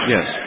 Yes